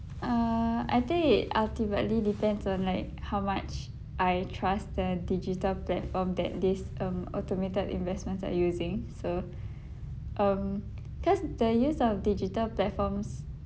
uh I think it ultimately depends on like how much I trust the digital platform that this um automated investments are using so um cause the use of digital platforms